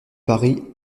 paris